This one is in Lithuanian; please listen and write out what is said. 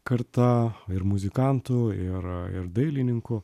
karta ir muzikantų ir ir dailininkų